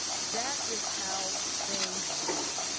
that is how things work,